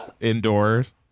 indoors